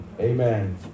Amen